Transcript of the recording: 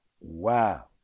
wow